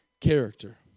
character